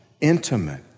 intimate